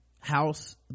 house